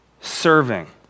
serving